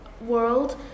world